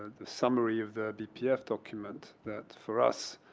the summary of the bpf document, that for us,